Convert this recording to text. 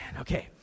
okay